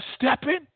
stepping